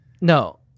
No